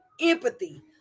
empathy